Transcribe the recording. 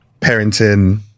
parenting